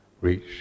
reach